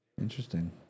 Interesting